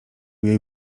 jej